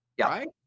right